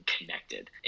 connected